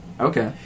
Okay